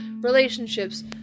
relationships